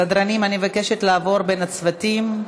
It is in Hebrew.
סדרנים, אני מבקשת לעבור בין הצוותים.